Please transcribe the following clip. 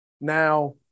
Now